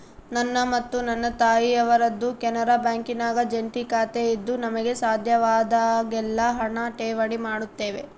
ನನ್ನ ಮತ್ತು ನನ್ನ ತಾಯಿಯವರದ್ದು ಕೆನರಾ ಬ್ಯಾಂಕಿನಾಗ ಜಂಟಿ ಖಾತೆಯಿದ್ದು ನಮಗೆ ಸಾಧ್ಯವಾದಾಗೆಲ್ಲ ಹಣ ಠೇವಣಿ ಮಾಡುತ್ತೇವೆ